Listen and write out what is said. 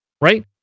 right